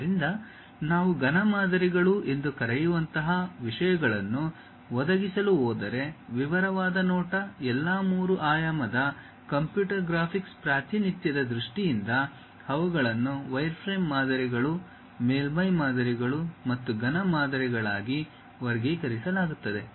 ಆದ್ದರಿಂದ ನಾವು ಘನ ಮಾದರಿಗಳು ಎಂದು ಕರೆಯುವಂತಹ ವಿಷಯಗಳನ್ನು ಒದಗಿಸಲು ಹೋದರೆ ವಿವರವಾದ ನೋಟ ಎಲ್ಲಾ ಮೂರು ಆಯಾಮದ ಕಂಪ್ಯೂಟರ್ ಗ್ರಾಫಿಕ್ಸ್ ಪ್ರಾತಿನಿಧ್ಯದ ದೃಷ್ಟಿಯಿಂದ ಅವುಗಳನ್ನು ವೈರ್ಫ್ರೇಮ್ ಮಾದರಿಗಳು ಮೇಲ್ಮೈ ಮಾದರಿಗಳು ಮತ್ತು ಘನ ಮಾದರಿಗಳಾಗಿ ವರ್ಗೀಕರಿಸಲಾಗುತ್ತದೆ